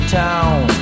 town